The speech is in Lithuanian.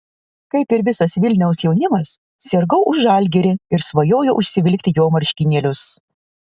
kaip ir visas vilniaus jaunimas sirgau už žalgirį ir svajojau užsivilkti jo marškinėlius